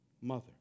mother